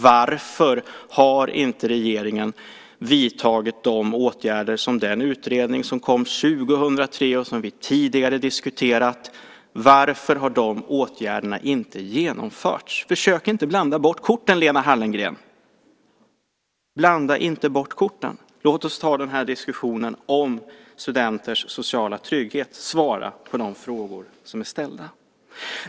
Varför har inte regeringen vidtagit de åtgärder som den utredning som kom 2003 visade på och som vi tidigare diskuterat? Försök inte blanda bort korten, Lena Hallengren. Låt oss ta diskussionen om studenters sociala trygghet. Svara på de frågor som är ställda.